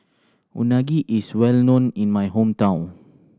unagi is well known in my hometown